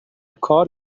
کار